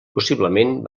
possiblement